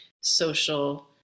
social